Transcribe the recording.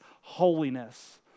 holiness